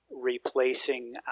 replacing